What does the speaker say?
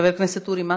חבר הכנסת אורי מקלב.